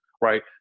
right